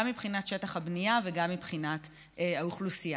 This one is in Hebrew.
מבחינת שטח הבנייה וגם מבחינת האוכלוסייה.